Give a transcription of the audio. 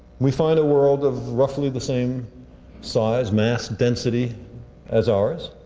we find a world of roughly the same size, mass, density as ours